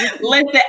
Listen